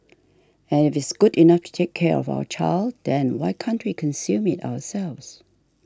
and if it's good enough to take care of our child then why can't we consume it ourselves